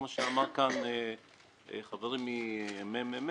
כמו שאמר כאן חברי מהממ"מ,